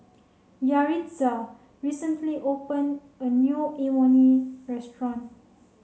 Yaritza recently open a new Imoni restaurant